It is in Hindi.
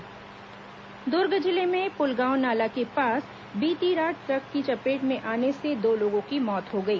दुर्घटना दर्ग जिले में पुलगांव नाला के पास बीती रात ट्रक की चपेट में आने से दो लोगों की मौत हो गई